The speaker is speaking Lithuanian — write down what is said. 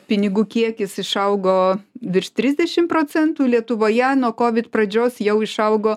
pinigų kiekis išaugo virš trisdešim procentų lietuvoje nuo kovid pradžios jau išaugo